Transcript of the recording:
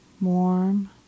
warm